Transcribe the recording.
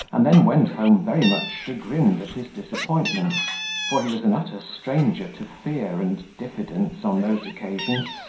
and then went home very much chagrined at his disappointment for he was an utter stranger to fear and diffidence on those occasions,